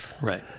Right